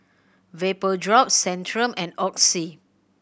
Vapodrops Centrum and Oxy